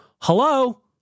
hello